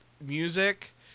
music